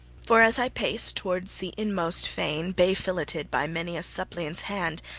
for as i pace towards the inmost fane bay-filleted by many a suppliant's hand,